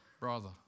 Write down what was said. brother